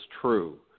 true